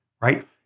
right